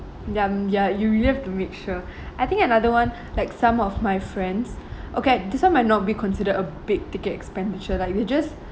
ya m~ ya you you really have to make sure I think another one like some of my friends okay this one might not be considered a big ticket expenditure like they just